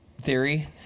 theory